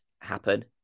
happen